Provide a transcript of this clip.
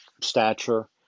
stature